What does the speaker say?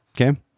Okay